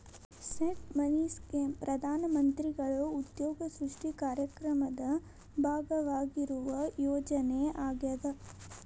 seed money scheme ಪ್ರಧಾನ ಮಂತ್ರಿಗಳ ಉದ್ಯೋಗ ಸೃಷ್ಟಿ ಕಾರ್ಯಕ್ರಮದ ಭಾಗವಾಗಿರುವ ಯೋಜನೆ ಆಗ್ಯಾದ